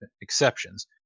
exceptions